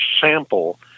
sample